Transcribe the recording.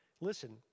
Listen